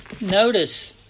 Notice